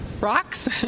rocks